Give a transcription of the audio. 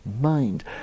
mind